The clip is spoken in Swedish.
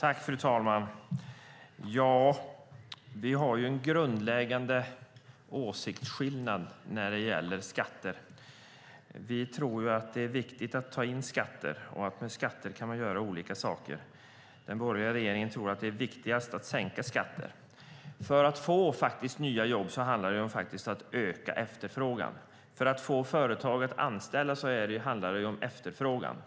Fru talman! Vi har en grundläggande åsiktsskillnad när det gäller skatter. Vi tror att det är viktigt att ta in skatter. Med skatter kan man göra olika saker. Den borgerliga regeringen tror att det är viktigast att sänka skatter. För att det ska komma nya jobb måste efterfrågan öka. För att företag ska anställa måste efterfrågan öka.